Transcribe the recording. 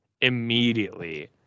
immediately